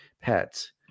pets